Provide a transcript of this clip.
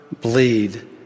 bleed